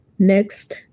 Next